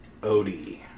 Odie